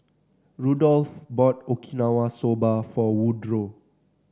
Rudolf bought Okinawa Soba for Woodroe